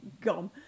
gone